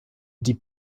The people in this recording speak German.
die